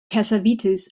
cassavetes